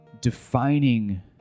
defining